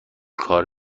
کار